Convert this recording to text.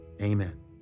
amen